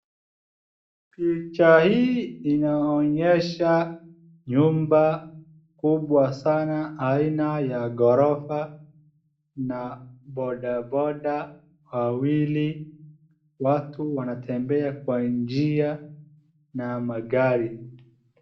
Picha hii inaonyesha nyumba kubwa sana aina ya ghorofa na bodaboda wawili, watu wanatembea kwa njia na magari.